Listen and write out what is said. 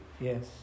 Yes